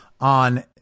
on